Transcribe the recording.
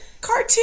cartoon